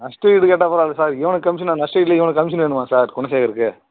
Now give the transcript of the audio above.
நஷ்ட ஈடு கேட்டால் பரவயில்லை சார் இவனுக்கு கமிஷன் வேணுமாம் நஷ்ட ஈடுலையும் ஒரு கமிஷன் வேணுமா சார் குணசேகருக்கு